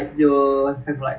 so like let's say like